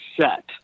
set